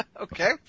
Okay